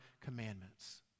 commandments